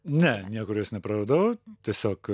ne niekur jos nepraradau tiesiog